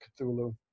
Cthulhu